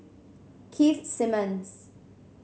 Keith Simmons